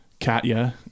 Katya